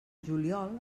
juliol